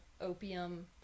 opium